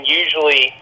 usually